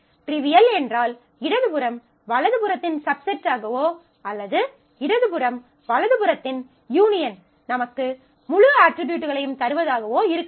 trivial என்றால் இடது புறம் வலது புறத்தின் சப்செட்டாகவோ அல்லது இடது மற்றும் வலது புறத்தின் யூனியன் நமக்கு முழு அட்ரிபியூட்களையும் தருவதாகவோ இருக்க வேண்டும்